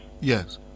Yes